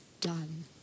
done